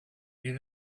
you